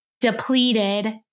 depleted